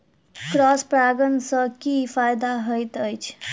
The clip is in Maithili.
क्रॉस परागण सँ की फायदा हएत अछि?